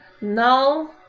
No